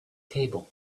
table